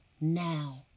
now